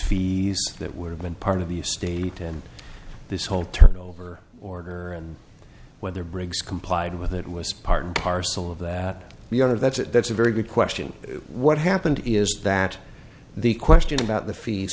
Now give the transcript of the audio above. piece that would have been part of the state and this whole turnover order and whether briggs complied with it was part and parcel of that the other that's it that's a very good question what happened is that the question about the fe